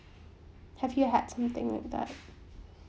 have you had something like that